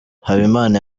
habimana